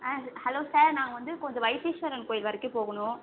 ஆ hello sir நாங்கள் வந்து கொஞ்சம் வைத்தீஸ்வரன் கோயில் வரைக்கும் போகணும்